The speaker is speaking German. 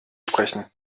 sprechen